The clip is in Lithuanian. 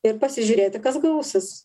ir pasižiūrėti kas gausis